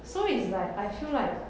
so it's like I feel like